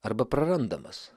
arba prarandamas